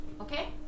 Okay